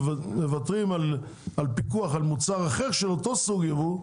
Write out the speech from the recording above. מוותרים על מוצר אחר של אותו סוג ייבוא,